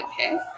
Okay